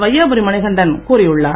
வையாபுரி மணிகண்டன் கூறியுள்ளார்